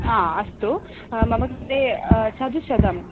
आ अस्तु मम कृते चतुश्शतम्